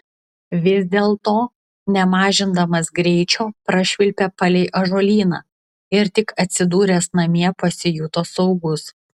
vis dėlto nemažindamas greičio prašvilpė palei ąžuolyną ir tik atsidūręs namie pasijuto saugus